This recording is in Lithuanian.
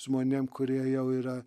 žmonėm kurie jau yra